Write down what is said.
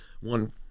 one